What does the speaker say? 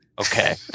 Okay